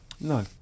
No